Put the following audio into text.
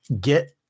Get